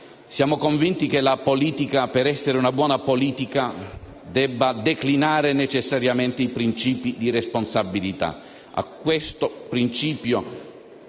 Siamo convinti che la politica, per essere una buona politica, debba declinare necessariamente il principio di responsabilità.